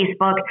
Facebook